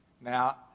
Now